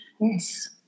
Yes